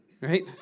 right